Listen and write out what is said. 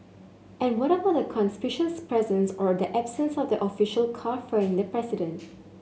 and what about the conspicuous presence or the absence of the official car ferrying the president